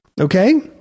Okay